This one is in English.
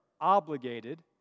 obligated